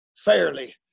Fairly